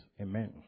Amen